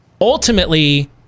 ultimately